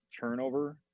turnover